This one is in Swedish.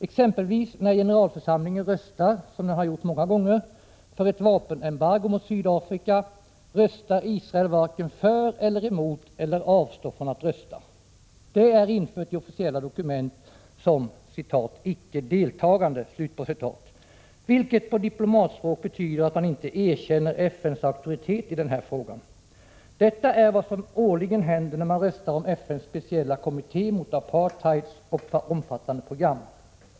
Exempelvis när generalförsamlingen röstar, som den har gjort många gånger, för ett vapenembargo mot Sydafrika, röstar Israel varken för eller emot eller avstår från att rösta. Det är infört i officiella dokument som ”icke deltagande”, vilket på diplomatspråk betyder att man inte erkänner FNs auktoritet i den här frågan. Detta är vad som årligen händer när man röstar om FNs Speciella Kommitté mot Apartheid omfattande program.